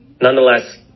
Nonetheless